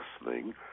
listening